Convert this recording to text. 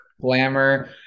glamour